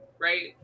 right